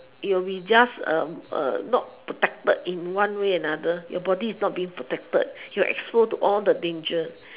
you'll be just not protected in one way another your body is not being protected you're exposed to all the dangers